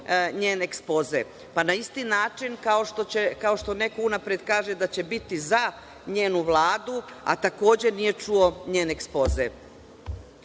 njen ekspoze, pa na isti način kao što neko unapred kaže da će biti za njenu Vladu, a takođe nije čuo njen ekspoze. Mi